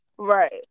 Right